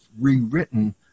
rewritten